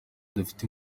dufite